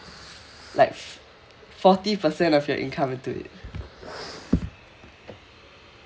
like f~ forty percent of your income into it